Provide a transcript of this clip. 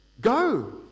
go